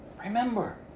Remember